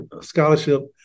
scholarship